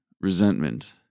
resentment